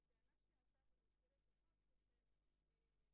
הינה, יש לי גנרל, שיודע